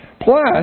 Plus